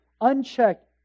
unchecked